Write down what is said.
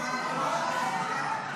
הצבעה.